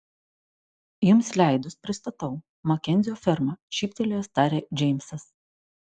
jums leidus pristatau makenzio ferma šyptelėjęs tarė džeimsas